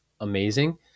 amazing